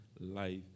life